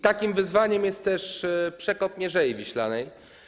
Takim wyzwaniem jest też przekop Mierzei Wiślanej.